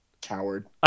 Coward